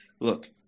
Look